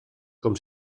com